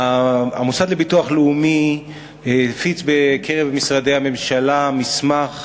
המוסד לביטוח לאומי הפיץ בקרב משרדי הממשלה מסמך